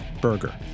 burger